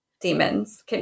demons